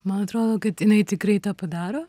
man atrodo kad jinai tikrai tą padaro